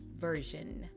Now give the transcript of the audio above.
version